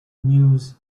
news